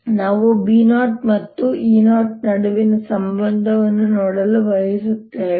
ಮತ್ತು ನಾವು B0 ಮತ್ತು E0 ನಡುವಿನ ಸಂಬಂಧವನ್ನು ನೋಡಲು ಬಯಸುತ್ತೇವೆ